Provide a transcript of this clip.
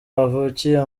bavukiye